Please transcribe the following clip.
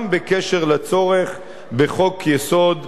גם בקשר לצורך בחוק-יסוד: